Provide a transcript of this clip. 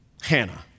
Hannah